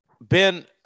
Ben